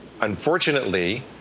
unfortunately